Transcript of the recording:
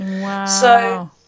Wow